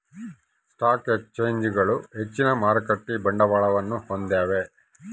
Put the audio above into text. stock ಎಕ್ಸ್ಚೇಂಜ್ಗಳು ಹೆಚ್ಚಿನ ಮಾರುಕಟ್ಟೆ ಬಂಡವಾಳವನ್ನು ಹೊಂದ್ಯಾವ